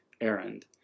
errand